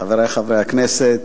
חברי חברי הכנסת,